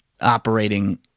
operating